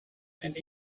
and